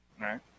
right